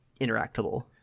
interactable